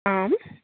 आम्